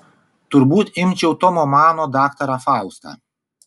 turbūt imčiau tomo mano daktarą faustą